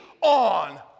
on